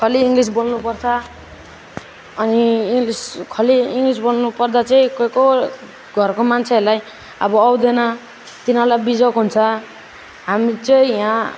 खालि इङ्ग्लिस बोल्नु पर्छ अनि इङ्ग्लिस खालि इङ्ग्लिस बोल्नु पर्दा चाहिँ कोही कोही घरको मान्छेहरूलाई अब आउँदैन तिनीहरूलाई बिजोग हुन्छ हामी चाहिँ यहाँ